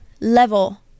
level